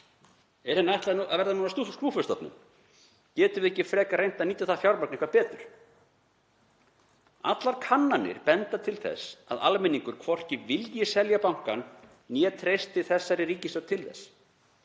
Er henni ætlað að verða skúffustofnun? Getum við ekki frekar reynt að nýta það fjármagn eitthvað betur? Allar kannanir benda til þess að almenningur hvorki vilji selja bankann né treysti þessari ríkisstjórn til þess.